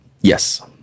Yes